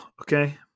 okay